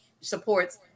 supports